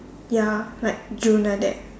ya like June like that